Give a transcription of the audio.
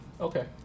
Okay